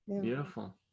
beautiful